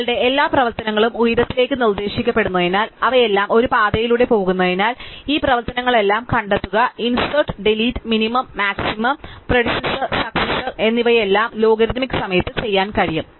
ഞങ്ങളുടെ എല്ലാ പ്രവർത്തനങ്ങളും ഉയരത്തിലേക്ക് നിർദ്ദേശിക്കപ്പെടുന്നതിനാൽ അവയെല്ലാം ഒരു പാതയിലൂടെ പോകുന്നതിനാൽ ഈ പ്രവർത്തനങ്ങളെല്ലാം കണ്ടെത്തുക insert delete minimum maximum predecessor successor എന്നിവയെല്ലാം ലോഗരിത്തമിക് സമയത്ത് ചെയ്യാൻ കഴിയും